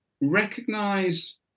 recognize